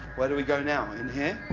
where do we go now, in here?